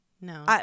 No